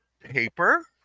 paper